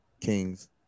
Kings